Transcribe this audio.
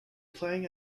playing